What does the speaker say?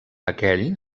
aquell